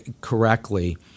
correctly